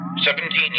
Seventeen